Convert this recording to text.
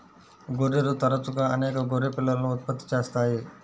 గొర్రెలు తరచుగా అనేక గొర్రె పిల్లలను ఉత్పత్తి చేస్తాయి